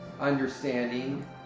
understanding